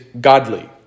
godly